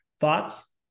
Thoughts